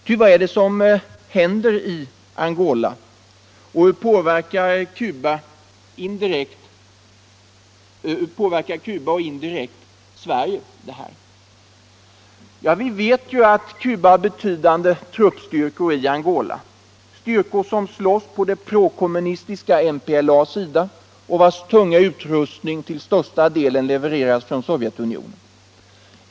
Ty vad är det som händer i Angola och hur påverkar Cuba och indirekt Sverige detta? Vi vet att Cuba har betydande truppstyrkor i Angola, styrkor som slåss på det prokommunistiska MPLA:s sida och vilkas tunga utrustning till största delen levereras från Sovjetunionen.